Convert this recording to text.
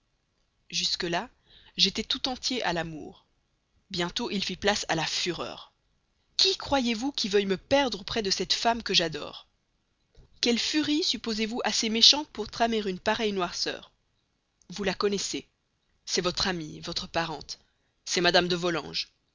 jusque-là j'étais tout entier à l'amour bientôt il fit place à la fureur qui croyez-vous qui veuille me perdre auprès de cette femme que j'adore quelle furie supposez-vous assez méchante pour tramer une pareille noirceur vous la connaissez c'est votre amie votre parente c'est mme de